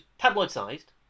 tabloid-sized